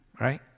right